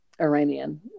Iranian